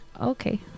okay